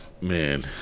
Man